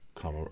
come